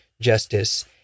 justice